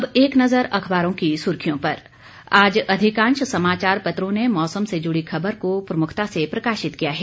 अब एक नजर अखबारों की सुर्खियों पर आज अधिकांश समाचार पत्रों ने मौसम से जुड़ी खबर को प्रमुखता से प्रकाशित किया है